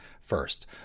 first